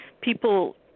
people